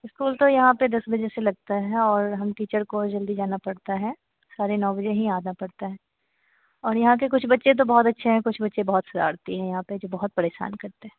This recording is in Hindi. इस्कूल तो यहाँ पर दस बजे से लगता है और हम टीचर को जल्दी जाना पड़ता है साढ़े नौ बजे ही आना पड़ता है और यहाँ के कुछ बच्चे तो बहुत अच्छे हैं कुछ बच्चे बहुत शरारती हैं यहाँ पर तो बहुत परेशान करते हैं